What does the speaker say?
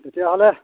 তেতিয়াহ'লে